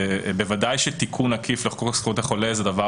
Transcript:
ובוודאי שתיקון עקיף לחוק זכויות החולה זה דבר